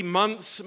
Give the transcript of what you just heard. months